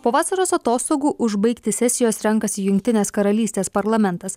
po vasaros atostogų užbaigti sesijos renkasi jungtinės karalystės parlamentas